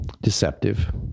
Deceptive